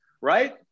right